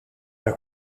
pas